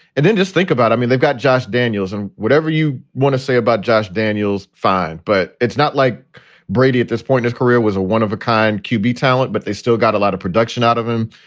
and then just think about i mean, they've got josh daniels and whatever you want to say about josh daniels. fine. but it's not like brady at this point. his career was a one of a kind qb talent, but they still got a lot of production out of him.